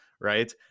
Right